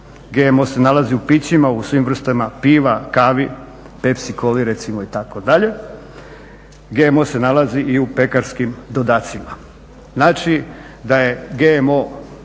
GMO se nalazi u pićima, u svim vrstama piva, kavi, Pepsi, Coli recimo itd. GMO se nalazi i u pekarskim dodacima. Znači da je GMO